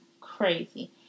crazy